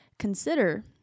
Consider